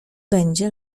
będzie